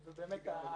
היא גם נותנת יעוץ,